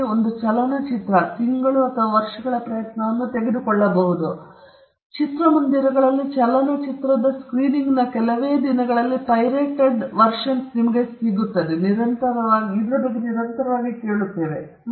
ಅಂತೆಯೇ ಒಂದು ಚಲನಚಿತ್ರವು ತಿಂಗಳುಗಳು ಅಥವಾ ವರ್ಷಗಳ ಪ್ರಯತ್ನವನ್ನು ತೆಗೆದುಕೊಳ್ಳಬಹುದು ಆದರೆ ಚಿತ್ರಮಂದಿರಗಳಲ್ಲಿ ಚಲನಚಿತ್ರದ ಸ್ಕ್ರೀನಿಂಗ್ನ ಕೆಲವೇ ದಿನಗಳಲ್ಲಿ ಪೈರೇಟೆಡ್ ಆವೃತ್ತಿಗಳ ಬಗ್ಗೆ ನಾವು ನಿರಂತರವಾಗಿ ಕೇಳುತ್ತೇವೆ